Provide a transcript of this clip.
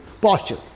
posture